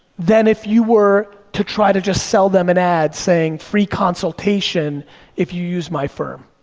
than if you were to try to just sell them an ad saying free consultation if you use my firm.